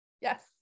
Yes